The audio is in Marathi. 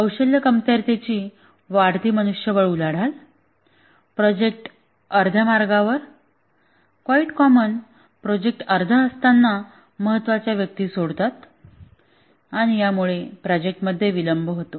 कौशल्य कमतरतेची वाढती मनुष्यबळ उलाढाल प्रोजेक्ट अर्ध्या मार्गावर क्वाईट कॉमन प्रोजेक्ट अर्धा असताना महत्त्वाची व्यक्ती सोडतात आणि यामुळे प्रोजेक्ट विलंब होतो